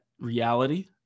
reality